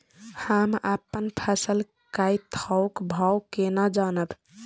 हम अपन फसल कै थौक भाव केना जानब?